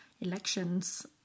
elections